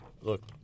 Look